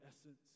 essence